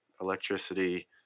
electricity